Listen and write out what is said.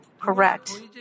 correct